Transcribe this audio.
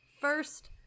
first